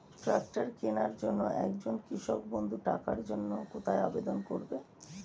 Tractor কিনার জন্য একজন কৃষক বন্ধু টাকার জন্য কোথায় আবেদন করবে?